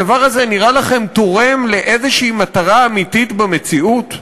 הדבר הזה נראה לכם תורם לאיזו מטרה אמיתית במציאות?